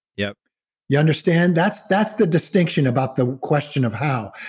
yeah you understand? that's that's the distinction about the question of how.